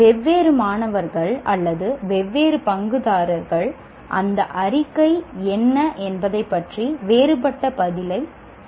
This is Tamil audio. வெவ்வேறு மாணவர்கள் அல்லது வெவ்வேறு பங்குதாரர்கள் அந்த அறிக்கை என்ன என்பதைப் பற்றி வேறுபட்ட புரிதலைக் கொண்டிருக்கலாம்